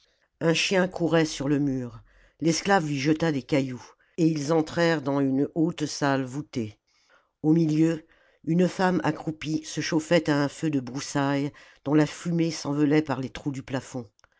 un chien courait sur le mur l'esclave lui jeta des cailloux et ils entrèrent dans une haute salle voûtée au milieu une femme accroupie se chauffait à un feu de broussailles dont la fumée s'envolait par les trous du plafond